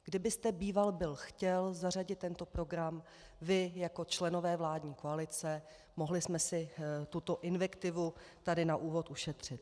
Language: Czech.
Kdybyste býval byl chtěl zařadit tento program, vy, jako členové vládní koalice, mohli jsme si tuto invektivu tady na úvod ušetřit.